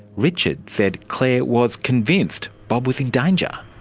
richard said claire was convinced bob was in danger.